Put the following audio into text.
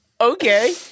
okay